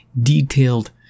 detailed